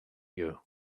you